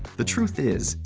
the truth is,